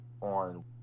on